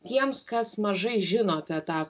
tiems kas mažai žino apie tą